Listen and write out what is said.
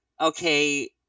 okay